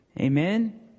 Amen